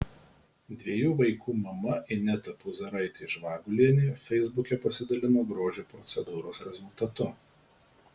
dviejų vaikų mama ineta puzaraitė žvagulienė feisbuke pasidalijo grožio procedūros rezultatu